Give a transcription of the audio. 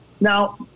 Now